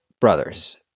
Brothers